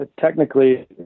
Technically